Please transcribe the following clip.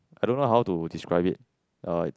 I don't know how to describe it uh it's